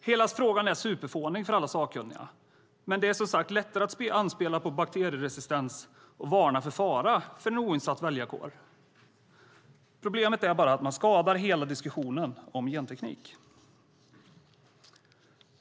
Hela frågan är superfånig för alla sakkunniga, men det är som sagt lätt att anspela på bakterieresistens och varna för fara inför en oinsatt väljarkår. Problemet är bara att man skadar hela diskussionen om genteknik.